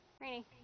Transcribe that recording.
Rainy